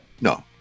No